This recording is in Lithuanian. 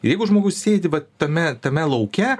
ir jeigu žmogus sėdi tame tame lauke